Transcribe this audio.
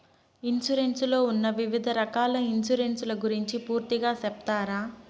Insurance లో ఉన్న వివిధ రకాల ఇన్సూరెన్సు ల గురించి పూర్తిగా సెప్తారా?